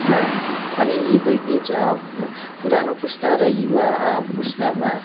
अनि यी दुईबिच पुरानो पुस्ता र युवा पुस्तामा